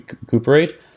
recuperate